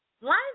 Life